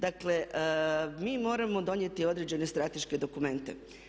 Dakle, mi moramo donijeti određene strateške dokumente.